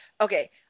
Okay